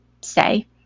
say